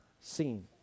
seen